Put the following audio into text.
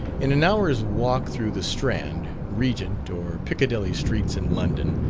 in an hour's walk through the strand, regent, or piccadilly streets in london,